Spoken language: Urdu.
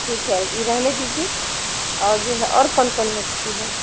ٹھیک ہے یہ رہنے دیجیے اور جو ہے اور کون کون مچھلی ہے